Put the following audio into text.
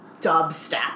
dubstep